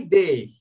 day